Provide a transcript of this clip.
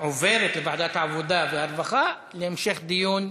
עוברת לוועדת העבודה והרווחה להמשך דיון,